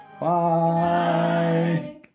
Bye